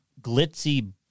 glitzy